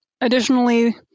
Additionally